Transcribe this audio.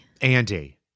Andy